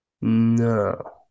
No